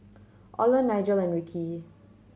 Oland Nigel and Ricky